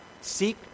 seek